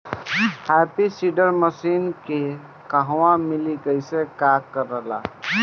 Happy seeder machine के कहवा मिली कैसे कार कर ला?